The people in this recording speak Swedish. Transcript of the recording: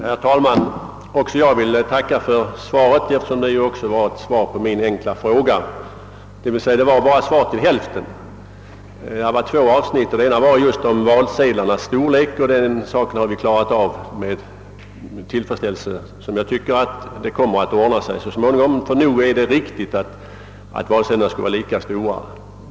Herr talman! Också jag vill tacka för svaret. Men justitieministern svarar bara till hälften på min enkla fråga. Frågan upptar ju två avsnitt. Det ena avsnittet gäller valsedlarnas storlek, och den saken tycker jag har klarats av på ett tillfredsställande sätt. Det kommer att ordna sig så småningom härvidlag, ty nog är det riktigt att valsedlarna skall vara lika stora.